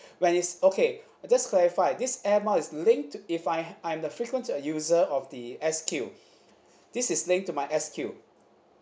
when it's okay just clarify this air mile is linked if I I'm the frequent uh user of the S_Q this is linked to my S_Q